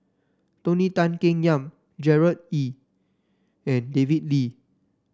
Tony Tan Keng Yam Gerard Ee and David Lee